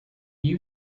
you